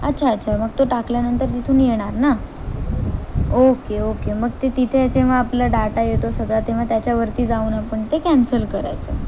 अच्छा अच्छा मग तो टाकल्यानंतर तिथून येणार ना ओके ओके मग ते तिथे जेव्हा आपला डाटा येतो सगळा तेव्हा त्याच्यावरती जाऊन आपण ते कॅन्सल करायचं